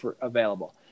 available